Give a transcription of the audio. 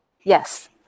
Yes